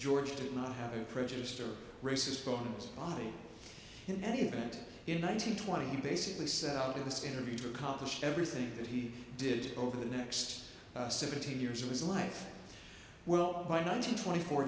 george did not have a prejudiced or racist phone body in any event in nineteen twenty he basically set out in this interview to accomplish everything that he did over the next seventeen years of his life well by nineteen twenty four